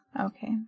Okay